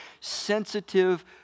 Sensitive